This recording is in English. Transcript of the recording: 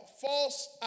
false